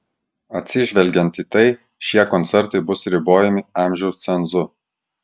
atsižvelgiant į tai šie koncertai bus ribojami amžiaus cenzu